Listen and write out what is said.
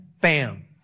bam